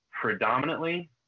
predominantly